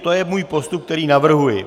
To je můj postup, který navrhuji.